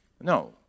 No